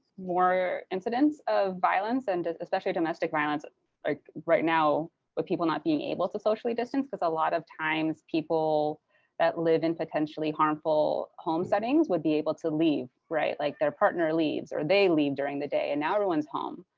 more incidents of violence and especially domestic violence, like right now with people not being able to socially distance. because a lot of times people that live in potentially harmful home settings would be able to leave. like their partner leaves or they leave during the day. and now everyone's home,